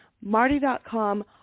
marty.com